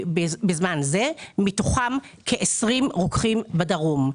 מתוכם כ-20 רוקחים בדרום.